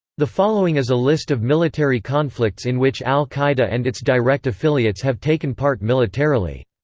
the following is a list of military conflicts in which al-qaeda and its direct affiliates have taken part militarily.